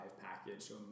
package